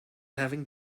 having